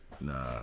Nah